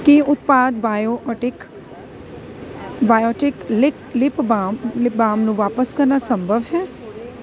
ਕੀ ਉਤਪਾਦ Biotique Biotique ਲਿਕ lip balm lip balm ਨੂੰ ਵਾਪਸ ਕਰਨਾ ਸੰਭਵ ਹੈ